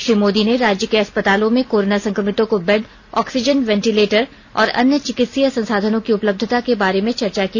श्री मोदी ने राज्य के अस्पतालों में कोरोना संक्रमितों को बेड ऑक्सीजन वेंटिलेटर और अन्य चिकित्सीय संसाधनों की उपलब्धता के बारे में चर्चा क